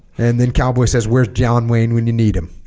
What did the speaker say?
and then cowboy says where's john wayne when you need him